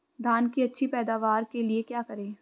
धान की अच्छी पैदावार के लिए क्या करें?